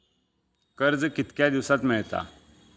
कर्ज कितक्या दिवसात मेळता?